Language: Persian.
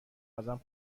ازم